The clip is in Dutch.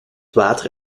water